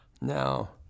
Now